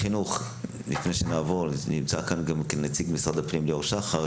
נמצא כאן ליאור שחר ממשרד הפנים,